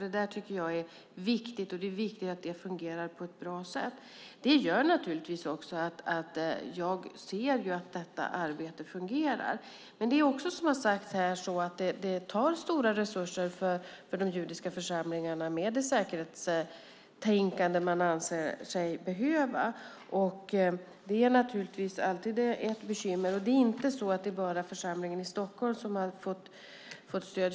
Det tycker jag är viktigt. Det är också viktigt att detta arbete fungerar på ett bra sätt, och det ser jag att det gör. Det är dock så, som också har sagts här, att det tar stora resurser för de judiska församlingarna med det säkerhetstänkande man anser sig behöva. Det är naturligtvis alltid ett bekymmer. Det är inte bara församlingen i Stockholm som har fått stöd.